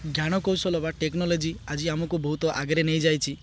ଜ୍ଞାନକୌଶଳ ବା ଟେକ୍ନୋଲୋଜି ଆଜି ଆମକୁ ବହୁତ ଆଗରେ ନେଇଯାଇଛି